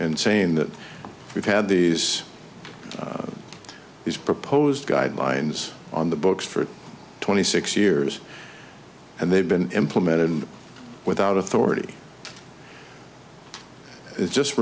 and saying that we've had these these proposed guidelines on the books for twenty six years and they've been implemented and without authority it just